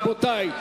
רבותי,